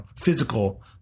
physical